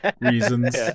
reasons